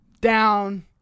down